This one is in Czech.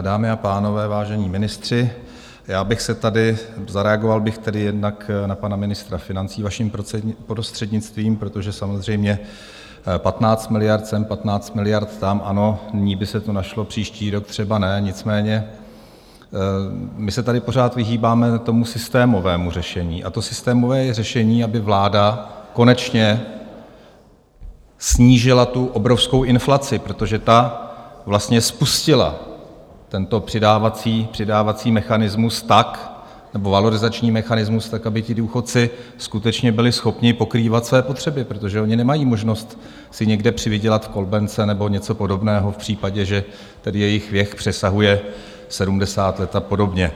Dámy a pánové, vážení ministři, zareagoval bych tady jednak na pana ministra financí, vaším prostřednictvím, protože samozřejmě 15 miliard sem, 15 miliard tam, ano, nyní by se to našlo, příští rok třeba ne, nicméně my se tady pořád vyhýbáme tomu systémovému řešení, a to systémové řešení je, aby vláda konečně snížila tu obrovskou inflaci, protože ta spustila tento přidávací mechanismus nebo valorizační mechanismus tak, aby ti důchodci skutečně byli schopni pokrývat své potřeby, protože oni nemají možnost si někde přivydělat v Kolbence nebo něco podobného v případě, že jejich věk přesahuje sedmdesát let a podobně.